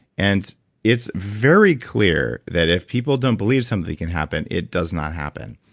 and it's very clear that if people don't believe something can happen, it does not happen.